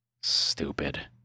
Stupid